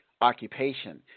occupation